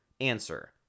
Answer